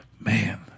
Man